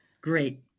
Great